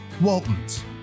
Waltons